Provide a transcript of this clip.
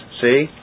see